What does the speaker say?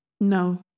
No